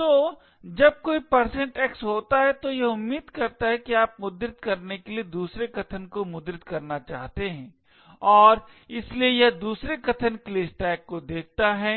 इसलिए जब कोई x होता है तो यह उम्मीद करता है कि आप मुद्रित करने के लिए दूसरे कथन को मुद्रित करना चाहते हैं और इसलिए यह दूसरे कथन के लिए स्टैक को देखता है